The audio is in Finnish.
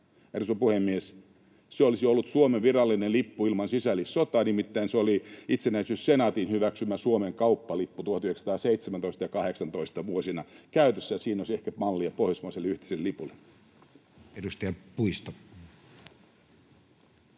arvoisa puhemies, se olisi ollut Suomen virallinen lippu ilman sisällissotaa. Nimittäin se oli itsenäisyyssenaatin hyväksymänä Suomen kauppalippuna käytössä vuosina 1917 ja 1918, ja siinä olisi ehkä mallia pohjoismaiselle yhteiselle lipulle. [Speech 9]